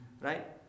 right